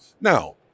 Now-